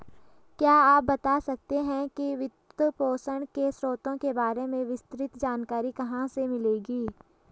क्या आप बता सकते है कि वित्तपोषण के स्रोतों के बारे में विस्तृत जानकारी कहाँ से मिलेगी?